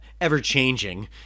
ever-changing